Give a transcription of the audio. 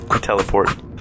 Teleport